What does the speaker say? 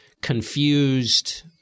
confused